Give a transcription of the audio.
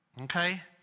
okay